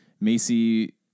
Macy